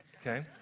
okay